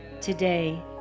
today